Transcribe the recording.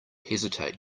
hesitate